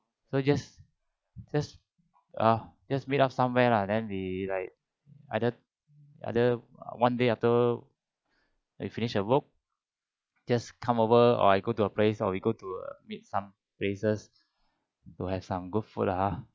so just just ah just meet up somewhere lah then we like either either one day after we finish our work just come over or I go to your place or we go to meet some places to have some good food lah ah